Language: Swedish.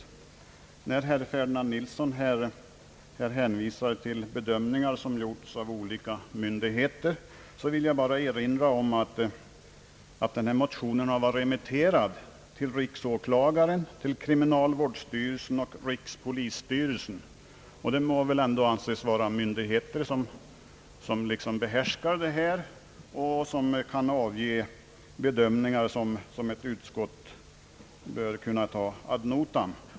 Eftersom herr Ferdinand Nilsson hänvisar till avvägningar som gjorts av olika myndigheter, vill jag bara åter erinra om att motionen har varit remitterad till riksåklagaren, kriminalvårdsstyrelsen och rikspolisstyrelsen, och det lär väl ändå vara myndigheter som behärskar dessa frågor och kan göra bedömningar som utskottet bör kunna ta ad notam.